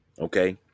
Okay